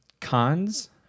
Cons